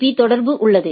பீ தொடர்பு உள்ளது